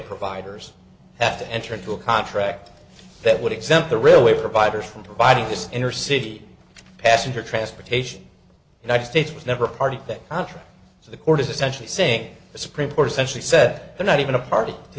providers have to enter into a contract that would exempt the railway providers from providing this inner city passenger transportation united states was never a party that contra so the court is essentially saying the supreme court essentially said they're not even a party to